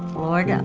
lord, and